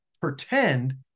Pretend